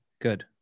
good